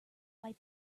buy